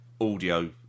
audio